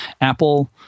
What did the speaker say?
Apple